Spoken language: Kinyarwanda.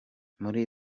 muri